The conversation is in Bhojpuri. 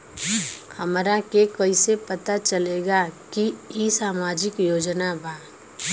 हमरा के कइसे पता चलेगा की इ सामाजिक योजना बा?